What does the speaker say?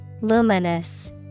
Luminous